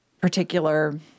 particular